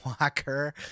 Walker